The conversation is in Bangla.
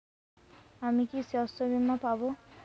আমি কি শষ্যবীমা পাব?